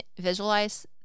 visualize